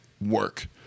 work